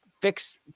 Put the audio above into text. Fix